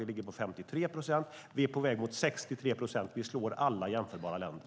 Vi ligger på 53 procent, och vi är på väg mot 63 procent. Vi slår alla jämförbara länder.